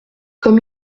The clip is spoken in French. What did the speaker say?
comme